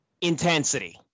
intensity